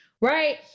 Right